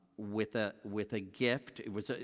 with ah with a gift. it was.